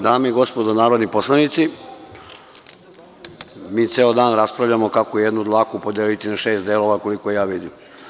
Dame i gospodo narodni poslanici, mi ceo dan raspravljamo kako jednu dlaku podeliti na šest delova, koliko ja vidim.